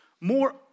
more